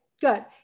good